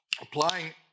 Applying